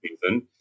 season